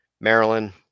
Maryland